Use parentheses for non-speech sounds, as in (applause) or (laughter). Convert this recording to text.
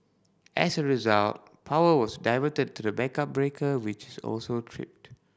as a result power was diverted to the backup breaker which (unintelligible) also tripped